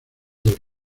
del